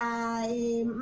ניתנו להם סמכויות.